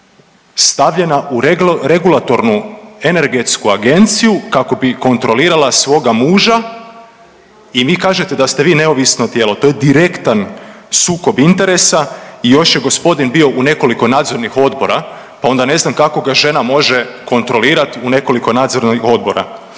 žena stavljena u regulatornu energetsku agenciju kako bi kontrolirala svoga muža i vi kažete da ste neovisno tijelo. To je direktan sukob interesa i još je gospodin bio u nekoliko nadzornih odbora pa onda ne znam kako ga žena može kontrolirati u nekoliko nadzornih odbora.